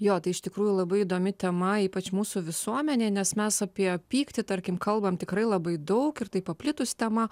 jo tai iš tikrųjų labai įdomi tema ypač mūsų visuomenėj nes mes apie pyktį tarkim kalbam tikrai labai daug ir tai paplitusi tema